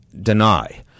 deny